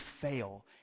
fail